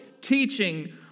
teaching